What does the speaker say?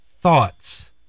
thoughts